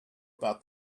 about